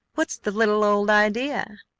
what's the little old idea?